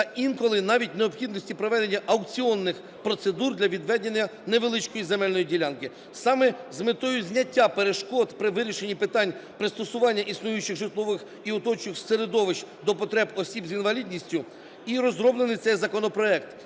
та інколи навіть необхідності проведення аукціонних процедур для відведення невеличкої земельної ділянки. Саме з метою зняття перешкод при вирішенні питань пристосування існуючих житлових і оточуючих середовищ до потреб осіб з інвалідністю і розроблений цей законопроект,